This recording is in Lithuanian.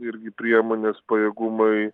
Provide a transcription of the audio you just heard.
irgi priemonės pajėgumai